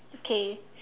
okay